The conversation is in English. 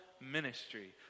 ministry